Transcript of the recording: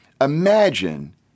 Imagine